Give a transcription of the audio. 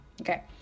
Okay